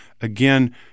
again